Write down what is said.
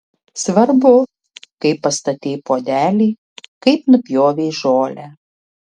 svarbu kaip pastatei puodelį kaip nupjovei žolę